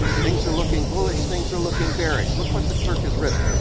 things are looking bullish, things are looking bearish. look what the clerk has written.